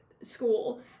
school